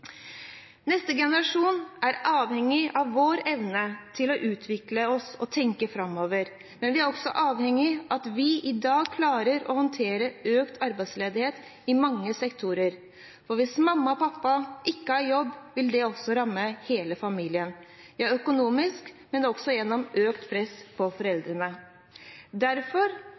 Neste generasjon er avhengig av vår evne til å utvikle oss og tenke framover, men vi er også avhengig av at vi i dag klarer å håndtere økt arbeidsledighet i mange sektorer. Hvis mamma og pappa ikke har jobb, vil det ramme hele familien økonomisk og også gi økt press på foreldrene. Derfor